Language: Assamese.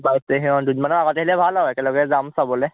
বাইছ তাৰিখে অঁ দুদিনমানৰ আগতে আহিলে ভাল আৰু একেলগে যাম চাবলে